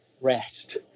rest